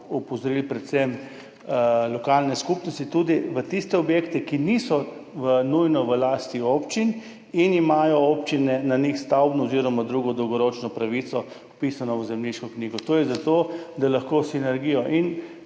opozorile predvsem lokalne skupnosti, v tiste objekte, ki niso nujno v lasti občin in imajo občine na njih stavbno oziroma drugo dolgoročno pravico, vpisano v zemljiško knjigo. To je zato, da lahko obnovimo